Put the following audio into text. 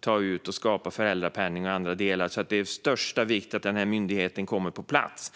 ta ut och skapa föräldrapenning och annat. Det är av största vikt att denna myndighet kommer på plats.